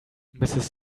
mrs